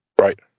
Right